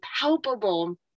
palpable